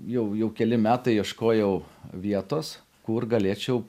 jau jau keli metai ieškojau vietos kur galėčiau